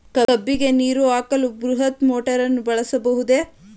ಕಬ್ಬಿಗೆ ನೀರು ಹಾಕಲು ಬೃಹತ್ ಮೋಟಾರನ್ನು ಬಳಸಬಹುದೇ?